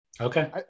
okay